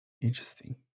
Interesting